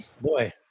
boy